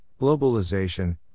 globalization